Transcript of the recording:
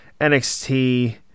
NXT